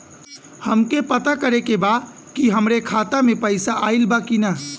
हमके पता करे के बा कि हमरे खाता में पैसा ऑइल बा कि ना?